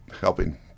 helping